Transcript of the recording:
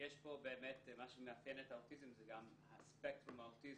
מה שמאפיין את האוטיזם זה גם ספקטרום האוטיזם,